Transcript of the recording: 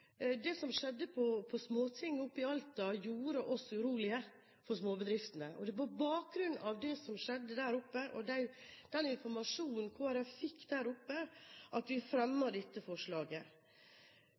det som skjedde på Småtinget i Alta, gjorde oss urolige for småbedriftene. Det var på bakgrunn av det som skjedde der, og den informasjonen Kristelig Folkeparti fikk der, at vi